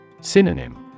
Synonym